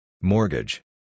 Mortgage